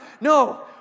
no